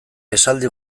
esaldi